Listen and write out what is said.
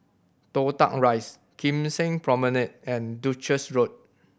Toh Tuck Rise Kim Seng Promenade and Duchess Road